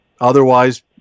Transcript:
Otherwise